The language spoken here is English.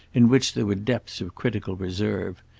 in which there were depths of critical reserve.